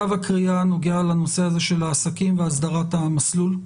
תו הקריאה נוגע לנושא של עסקים והסדרת המסלול,